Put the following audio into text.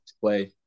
play